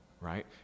right